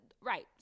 Right